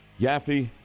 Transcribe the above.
Yaffe